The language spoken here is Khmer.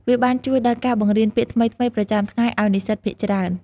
វាបានជួយដល់ការបង្រៀនពាក្យថ្មីៗប្រចាំថ្ងៃឲ្យនិស្សិតភាគច្រើន។